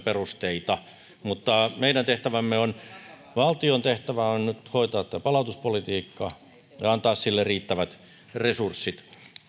perusteita mutta meidän tehtävämme valtion tehtävä on nyt hoitaa tämä palautuspolitiikka ja ja antaa sille riittävät resurssit